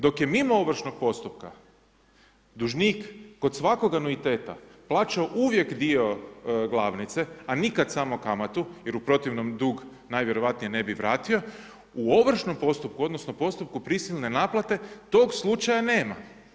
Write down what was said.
Dok je mimo ovršnog postupka dužnik kod svakog anuiteta plaćao uvijek dio glavnice, a nikad samo kamatu, jer u protivnom dug najvjerojatnije ne bi vratio, u ovršnom postupku, odnosno postupku prisilne naplate tog slučaja nema.